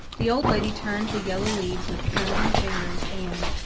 the old lady turned the yellow leaves with trembling fingers and,